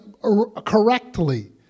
correctly